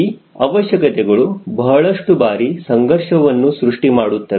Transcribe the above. ಈ ಅವಶ್ಯಕತೆಗಳು ಬಹಳಷ್ಟು ಬಾರಿ ಸಂಘರ್ಷವನ್ನು ಸೃಷ್ಟಿ ಮಾಡುತ್ತವೆ